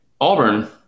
Auburn